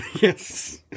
Yes